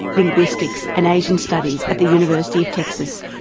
linguistics and asian studies at the university of texas,